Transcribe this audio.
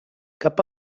cap